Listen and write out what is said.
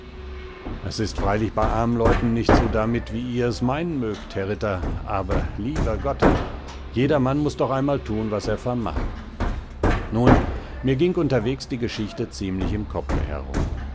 es ist freilich bei armen leuten nicht so damit wie ihr es meinen mögt herr ritter aber lieber gott jedermann muß doch einmal tun was er vermag nun mir ging unterwegs die geschichte ziemlich im kopfe herum